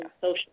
social